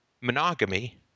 monogamy